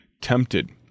tempted